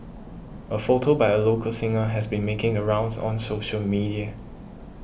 a photo by a local singer has been making a rounds on social media